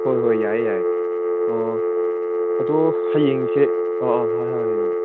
ꯍꯣꯏ ꯍꯣꯏ ꯌꯥꯏꯌꯦ ꯌꯥꯏꯌꯦ ꯑꯣ ꯑꯗꯣ ꯍꯌꯦꯡꯁꯦ ꯑꯥ ꯑꯥ ꯍꯥꯏꯌꯣ ꯍꯥꯏꯌꯣ ꯑꯗꯨꯝ